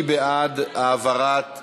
מי בעד העברת,